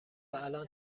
الان